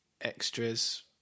extras